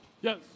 Yes